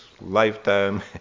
lifetime